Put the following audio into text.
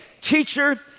teacher